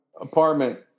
apartment